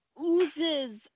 oozes